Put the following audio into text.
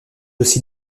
aussi